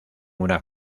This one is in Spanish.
una